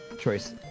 choice